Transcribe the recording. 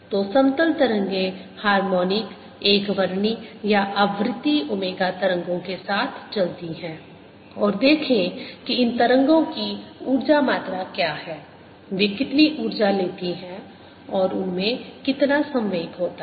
तो समतल तरंगें हार्मोनिक एकवर्णी या आवृत्ति ओमेगा तरंगों के साथ चलती हैं और देखें कि इन तरंगों की ऊर्जा मात्रा क्या है वे कितनी ऊर्जा लेती हैं और उनमें कितना संवेग होता है